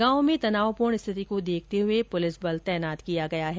गांव में तनावपूर्ण स्थिति को देखते हुए पुलिस बल तैनात किया गया हैं